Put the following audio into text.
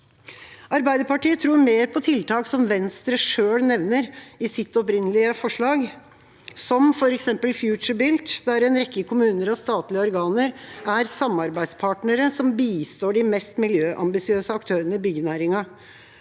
Arbeiderpartiet tror mer på tiltak som Venstre selv nevner i sitt opprinnelige forslag, som f.eks. FutureBuilt, der en rekke kommuner og statlige organer er samarbeidspartnere som bistår de mest miljøambisiøse aktørene i byggenæringen.